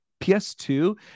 PS2